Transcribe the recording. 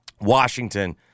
Washington